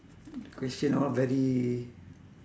question all very